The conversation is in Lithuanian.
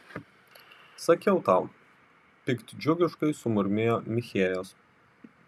sakiau tau piktdžiugiškai sumurmėjo michėjas